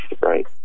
Right